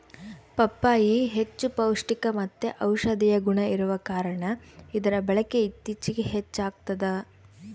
ಪಪ್ಪಾಯಿ ಹೆಚ್ಚು ಪೌಷ್ಟಿಕಮತ್ತೆ ಔಷದಿಯ ಗುಣ ಇರುವ ಕಾರಣ ಇದರ ಬಳಕೆ ಇತ್ತೀಚಿಗೆ ಹೆಚ್ಚಾಗ್ತದ